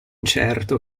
certo